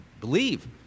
Believe